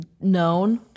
known